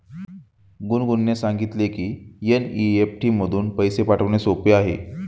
गुनगुनने सांगितले की एन.ई.एफ.टी मधून पैसे पाठवणे सोपे आहे